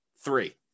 three